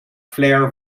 flair